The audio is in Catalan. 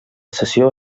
cessió